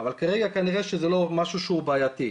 כרגע כנראה שזה לא משהו שהוא בעייתי.